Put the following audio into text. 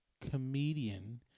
Comedian